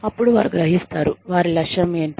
అప్పుడు వారు గ్రహిస్తారు వారి లక్ష్యం ఎంటో